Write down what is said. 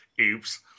Oops